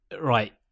Right